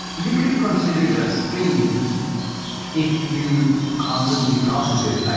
you could consider that stream if you constantly process it.